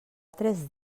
tres